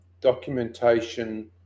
documentation